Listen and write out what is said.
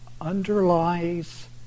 underlies